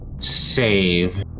save